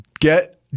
Get